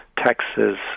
taxes